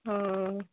ಹಾಂ